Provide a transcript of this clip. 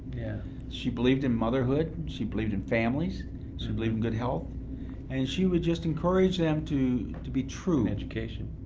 she believed in motherhood she believed in families she believed in good health and she would just encourage them to to be true. and education.